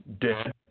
dead